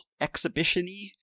exhibition-y